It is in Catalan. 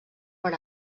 per